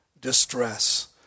distress